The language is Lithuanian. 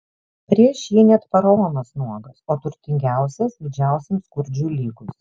prieš jį net faraonas nuogas o turtingiausias didžiausiam skurdžiui lygus